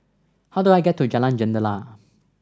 how do I get to Jalan Jendela